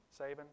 Saban